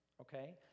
okay